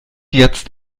jetzt